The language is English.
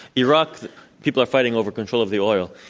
iraq's people are fighting over control of the oil.